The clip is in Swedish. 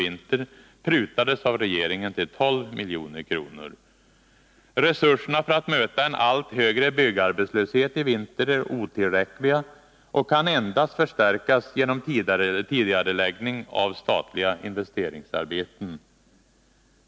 Resurserna för att möta en allt högre byggarbetslöshet i vinter är otillräckliga och kan endast förstärkas genom tidigareläggning av statliga investeringsarbeten.